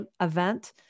event